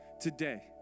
today